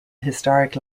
historic